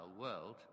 world